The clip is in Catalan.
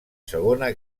segona